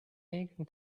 megan